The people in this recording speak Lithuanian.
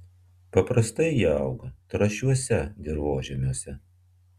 paprastai jie auga trąšiuose dirvožemiuose